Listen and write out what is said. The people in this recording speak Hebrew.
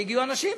שהגיעו אנשים,